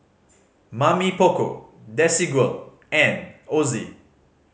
Mamy Poko Desigual and Ozi